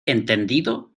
entendido